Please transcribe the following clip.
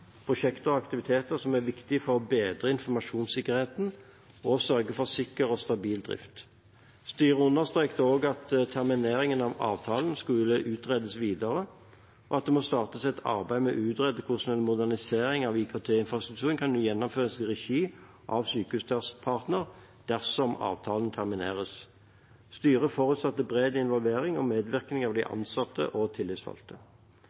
prosjekter og aktiviteter som er viktige for å bedre informasjonssikkerheten, og sørge for sikker og stabil drift. Styret understreket også at terminering av avtalen skulle utredes videre, og at det måtte startes et arbeid med å utrede hvordan en modernisering av IKT-infrastruktur kunne gjennomføres i regi av Sykehuspartner, dersom avtalen termineres. Styret forutsatte bred involvering og medvirkning av de ansatte og tillitsvalgte.